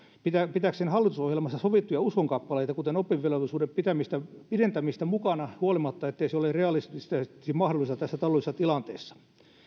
pitääkseen hallitusohjelmassa sovittuja uskonkappaleita kuten oppivelvollisuuden pidentämistä pidentämistä mukana siitä huolimatta ettei se ole realistisesti mahdollista tässä taloudellisessa tilanteessa